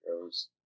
goes